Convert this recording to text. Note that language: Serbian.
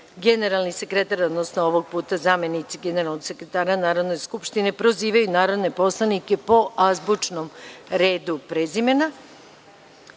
generalni sekretar, odnosno zamenik generalnog sekretara Narodne skupštine proziva narodne poslanike po azbučnom redu prezimena,